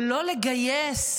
שלא לגייס